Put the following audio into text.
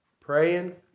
praying